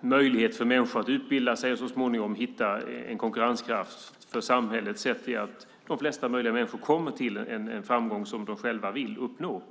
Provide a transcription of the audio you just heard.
möjlighet för människor att utbilda sig och så småningom hitta en konkurrenskraft för samhället, det vill säga att de flesta människor når den framgång som de själva vill uppnå.